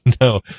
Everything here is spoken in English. No